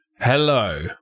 Hello